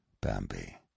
Bambi